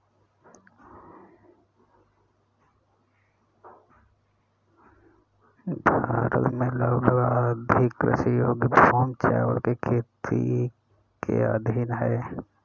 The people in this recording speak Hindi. भारत में लगभग आधी कृषि योग्य भूमि चावल की खेती के अधीन है